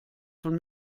von